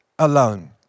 Alone